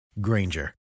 Granger